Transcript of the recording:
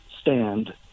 stand